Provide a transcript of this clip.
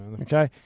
Okay